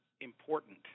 important